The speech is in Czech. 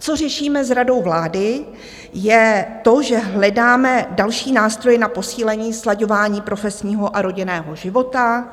Co řešíme s Radou vlády, je to, že hledáme další nástroje na posílení slaďování profesního a rodinného života,